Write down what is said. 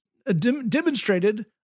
demonstrated